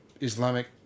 Islamic